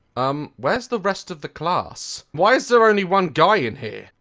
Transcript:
um where's the rest of the class? why is there only one guy in here?